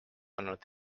olnud